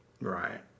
Right